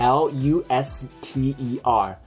l-u-s-t-e-r